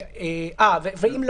שהם לא